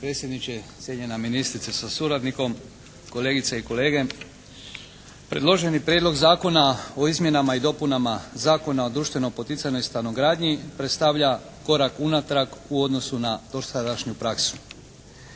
Predloženi prijedlog Zakona o izmjenama i dopunama Zakona o društveno poticanoj stanogradnji predstavlja korak unatrag u odnosu na dosadašnju praksu.